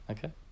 Okay